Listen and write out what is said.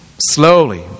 Slowly